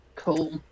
Cool